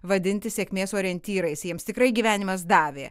vadinti sėkmės orientyrais jiems tikrai gyvenimas davė